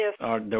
Yes